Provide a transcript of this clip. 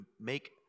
make